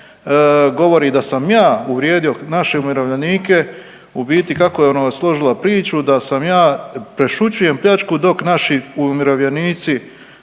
Govori da sam ja uvrijedio naše umirovljenike, u biti kako je ono složila priču da sam ja prešućujem pljačku dok naši umirovljenici